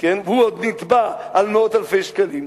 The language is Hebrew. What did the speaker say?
והוא עוד נתבע על מאות אלפי שקלים.